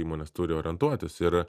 įmonės turi orientuotis ir